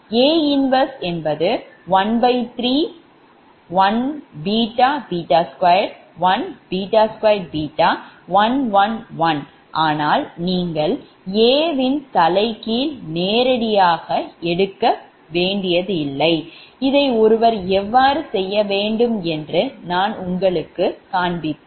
A 1131 2 1 2 1 1 1 ஆனால் நீங்கள் A தலைகீழ் நேரடியாக எடுக்க வேண்டியதில்லை இதைஒருவர் எவ்வாறு செய்ய வேண்டும் என்று நான் உங்களுக்குக் காண்பிப்பேன்